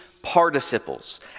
participles